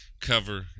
cover